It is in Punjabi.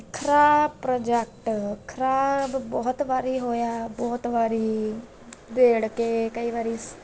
ਖਰਾਬ ਪ੍ਰੋਜੈਕਟ ਖਰਾਬ ਬਹੁਤ ਵਾਰੀ ਹੋਇਆ ਬਹੁਤ ਵਾਰੀ ਉਧੇੜ ਕੇ ਕਈ ਵਾਰੀ ਸ